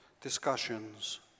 discussions